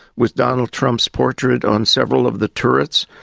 with donald trump's portrait on several of the turrets.